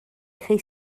chi